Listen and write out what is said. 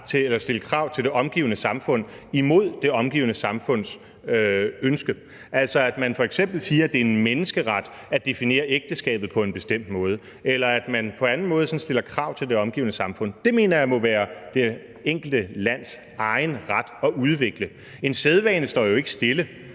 til at stille krav til det omgivende samfund imod det omgivende samfunds ønske, altså at man f.eks. siger, at det er en menneskeret at definere ægteskabet på en bestemt måde, eller at man på anden måde sådan stiller krav til det omgivende samfund. Det mener jeg må være det enkelte lands egen ret at udvikle. En sædvane står jo ikke stille.